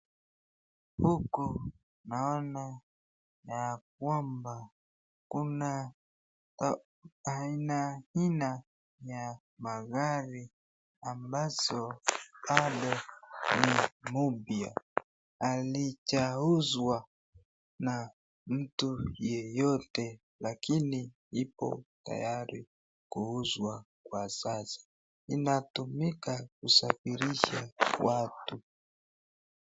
Huku naona ya kwamba kuna aina aina ya magari ambazo pale ni mupya. Halijauzwa na mtu yeyote lakini ipo tayari kuuzwa kwa sasa. Inatumika kusafirisha watu.